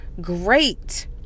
great